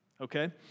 okay